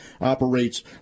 operates